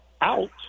out